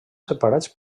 separats